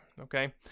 okay